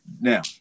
Now